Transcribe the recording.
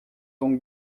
donc